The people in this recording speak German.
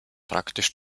praktisch